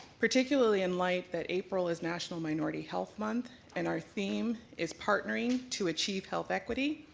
particularly in light that april is national minority health month and our theme is partnering to achieve health equity,